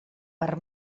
per